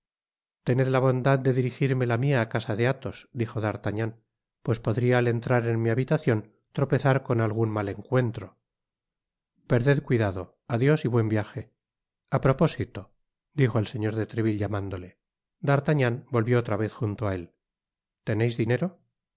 tened la bondad de dirijirme la mia á casa de athos dijo d'artagnan pues podria al entrar en mi habitacion tropezar con algun mal encuentro perded cuidado adios y buen viaje a propósito dijo el señor de treville llamándole d'artagnan volvió otra vez junto á él teneis dinero